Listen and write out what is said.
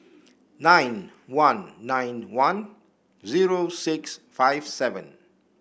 nine one nine one zero six five seven